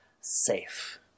safe